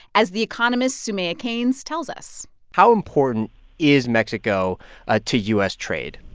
as the economist's soumaya keynes tells us how important is mexico ah to u s. trade?